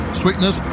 sweetness